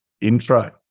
intro